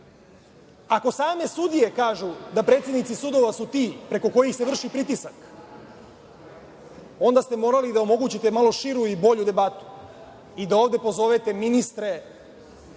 same sudije kažu da su predsednici sudova ti preko kojih se vrši pritisak, onda ste morali da omogućite da omogućite malo širu i bolju debatu i da ovde pozovete ministre,